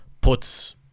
puts